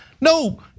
No